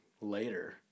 later